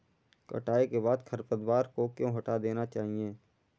कटाई के बाद खरपतवार को क्यो हटा देना चाहिए?